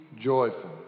joyful